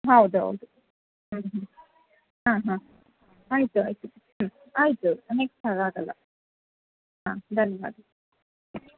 ಹೌದು ಹೌದು ಹ್ಞೂ ಹ್ಞೂ ಹಾಂ ಹಾಂ ಆಯಿತು ಆಯಿತು ಹ್ಞೂ ಆಯಿತು ನೆಕ್ಸ್ಟ್ ಹಾಗೆ ಆಗೋಲ್ಲ ಹಾಂ ಬನ್ನಿ ಬನ್ನಿ